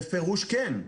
בפירוש כן.